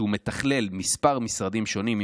שמתכלל כמה משרדים שונים,